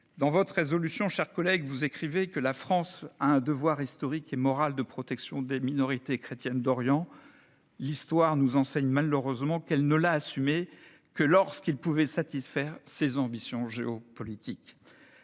de résolution, chers collègues, vous écrivez que « la France [a un] devoir historique et moral de protection des minorités chrétiennes d'Orient ». L'histoire nous enseigne malheureusement qu'elle ne l'a assumé que lorsqu'il pouvait satisfaire ses ambitions géopolitiques.